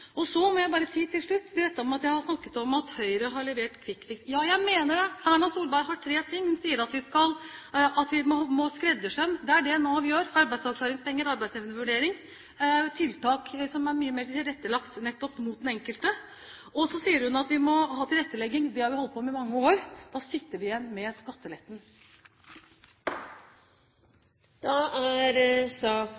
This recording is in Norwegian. Så må jeg bare si noe til slutt til dette med at jeg har snakket om at Høyre har levert «quick fix». Ja, jeg mener det. Erna Solberg har tre ting: Hun sier at vi må ha skreddersøm – det er det Nav har, gjennom arbeidsavklaringspenger og arbeidsevnevurdering, tiltak som er mye mer tilrettelagt nettopp mot den enkelte. Og så sier hun at vi må ha tilrettelegging – det har vi holdt på med i mange år. Da sitter vi igjen med skatteletten.